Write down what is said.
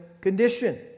condition